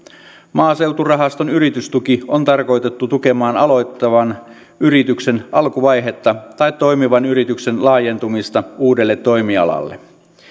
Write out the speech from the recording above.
maaseuturahaston yritystuki on tarkoitettu tukemaan aloittavan yrityksen alkuvaihetta tai toimivan yrityksen laajentumista uudelle toimialalle